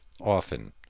often